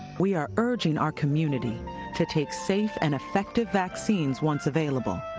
we are urging our community to take safe and effective vaccines once available.